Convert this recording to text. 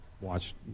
watch